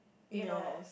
you know